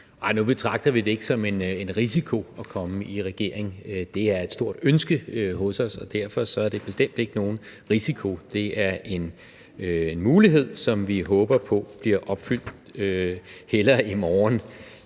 Nu betragter vi det ikke som en risiko at komme i regering. Det er et stort ønske hos os, og derfor er det bestemt ikke nogen risiko. Det er en mulighed, som vi håber på bliver opfyldt, hellere i morgen